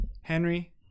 Henry